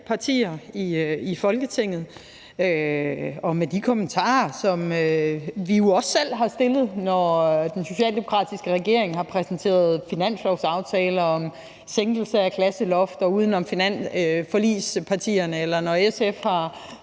partier i Folketinget. Og de kommentarer, der er kommet, er nogle, som vi jo også selv er kommet med, når den socialdemokratiske regering har præsenteret finanslovsaftaler om sænkelse af klasseloftet uden om forligspartierne, eller når SF har